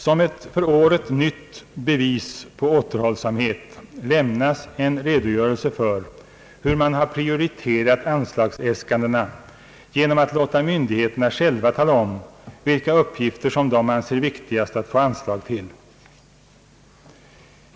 Som ett för året nytt »bevis» på återhållsamhet lämnas en redogörelse för hur man har prioriterat anslagsäskandena genom att låta myndigheterna själva tala om vilka uppgifter som de anser viktigast att få anslag till.